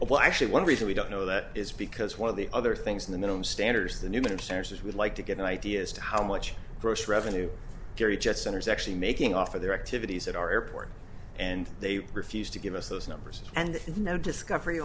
well actually one reason we don't know that is because one of the other things in the minimum standards than human services would like to get an idea as to how much gross revenue gary jet center is actually making off of their activities at our airport and they refused to give us those numbers and no discovery